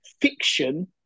fiction